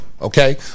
Okay